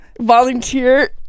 Volunteer